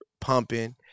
pumping